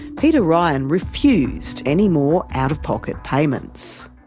peter ryan refused any more out-of-pocket payments.